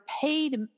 paid